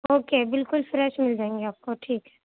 okay بالکل fresh مل جائیں گے آپ کو ٹھیک ہے